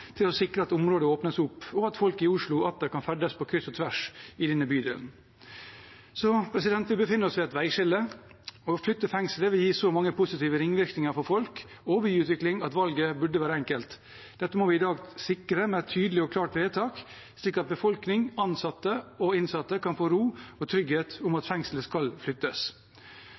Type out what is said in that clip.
til å sikre at området åpnes, og at folk i Oslo atter kan ferdes på kryss og tvers i denne bydelen. Vi befinner oss ved et veiskille. Å flytte fengslet vil gi så mange positive ringvirkninger for folk og byutvikling at valget burde være enkelt. Dette må vi i dag sikre med et tydelig og klart vedtak, slik at befolkning, ansatte og innsatte kan få ro og trygghet for at fengslet skal flyttes.